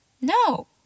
No